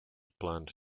planned